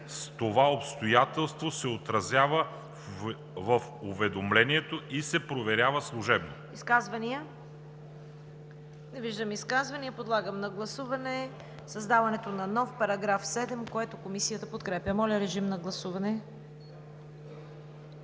„това обстоятелство се отразява в уведомлението и се проверява служебно“.“